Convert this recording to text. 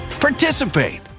participate